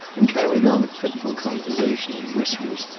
and carried on a fitful conversation in whispers,